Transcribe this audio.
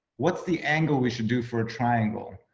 what's the angle we should do for a triangle.